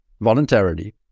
voluntarily